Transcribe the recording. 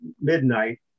midnight